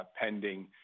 pending